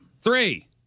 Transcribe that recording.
Three